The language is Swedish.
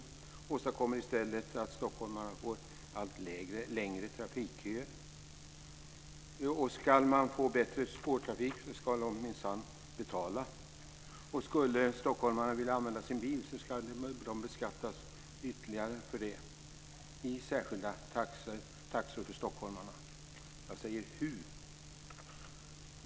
I stället åstadkommer man att stockholmarna får allt längre trafikköer. Och ska de få bättre spårtrafik ska de minsann betala. Skulle stockholmarna vilja använda bilen ska de beskattas ytterligare för det i särskilda taxor för stockholmarna. Jag säger: Hu!